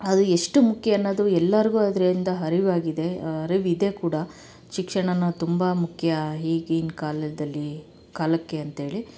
ಅದು ಎಷ್ಟು ಮುಖ್ಯ ಅನ್ನೋದು ಎಲ್ಲರಿಗೂ ಅದರಿಂದ ಅರಿವಾಗಿದೆ ಅರಿವಿದೆ ಕೂಡ ಶಿಕ್ಷಣ ಅನ್ನದು ತುಂಬ ಮುಖ್ಯ ಈಗಿನ ಕಾಲದಲ್ಲಿ ಕಾಲಕ್ಕೆ ಅಂತೇಳಿ